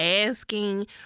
asking